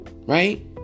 Right